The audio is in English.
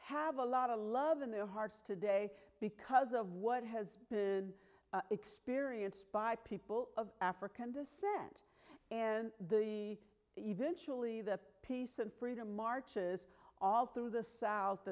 have a lot of love in their hearts today because of what has been experienced by people of african descent and eventually the peace and freedom marches all through the south